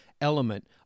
element